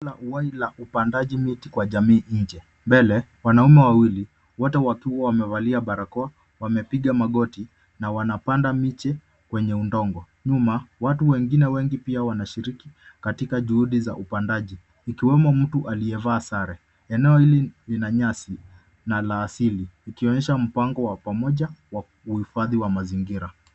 ...upandaji mti kwa jamii nje. Mbele wanaume wawili wote wakiwa wamevalia barakoa wamepiga magoti na wanapanda miche kwenye udongo. Nyuma watu wengine pia wanashiriki katika juhudi za upandaji. Eneo hili lina nyasi na la asili, ikionyesha mpango wa pamoja wa uhifadhi wa mazingira.